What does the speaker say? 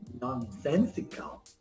nonsensical